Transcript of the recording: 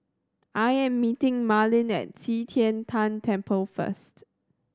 I am meeting Marlene at Qi Tian Tan Temple first